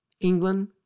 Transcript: England